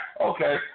okay